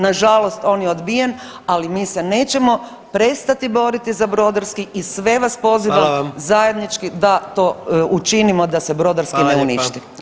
Na žalost on je odbijen, ali mi se nećemo prestati boriti za Brodarski i sve vas pozivam zajednički da to učinimo da se Brodarski ne uništi.